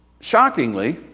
Shockingly